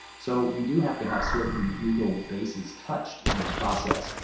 so we do have to have certain legal bases touched in our process.